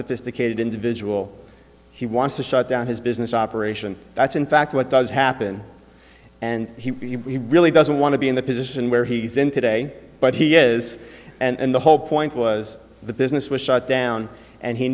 sophisticated individual he wants to shut down his business operation that's in fact what does happen and he really doesn't want to be in the position where he's in today but he is and the whole point was the business was shut down and he